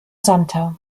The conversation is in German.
santer